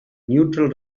neutral